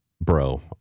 Bro